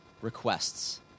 requests